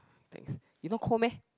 thanks you not cold meh